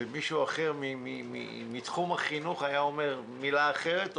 ומישהו אחר מתחום החינוך היה אומר מילה אחרת,